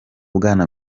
bwana